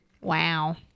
Wow